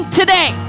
today